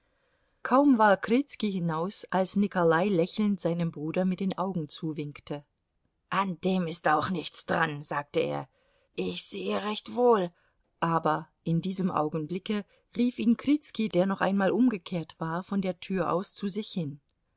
kaum war krizki hinaus als nikolai lächelnd seinem bruder mit den augen zuwinkte an dem ist auch nichts dran sagte er ich sehe recht wohl aber in diesem augenblicke rief ihn krizki der noch einmal umgekehrt war von der tür aus zu sich hin